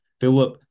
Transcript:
Philip